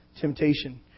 temptation